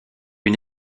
une